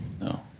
No